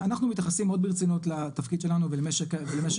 אנחנו מתייחסים מאוד ברצינות לתפקיד שלנו ולמשק.